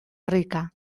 rica